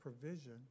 provision